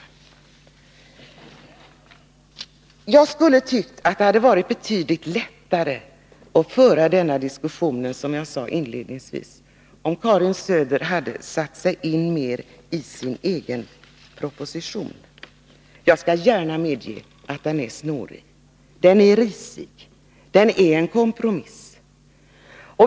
Som jag sade inledningsvis hade det varit betydligt lättare att föra denna diskussion, om Karin Söder bättre hade satt sig in i sin egen proposition. Jag skall gärna medge att den är snårig, den är risig, den är en kompromiss.